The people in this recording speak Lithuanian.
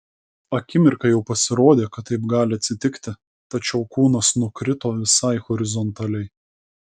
akimirką jau pasirodė kad taip gali atsitikti tačiau kūnas nukrito visai horizontaliai